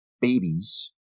babies